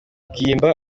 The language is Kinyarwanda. bwimba